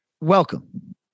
Welcome